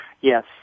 Yes